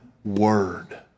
Word